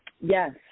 Yes